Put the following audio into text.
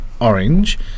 orange